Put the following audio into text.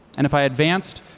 and if i advanced,